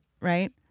right